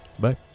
Bye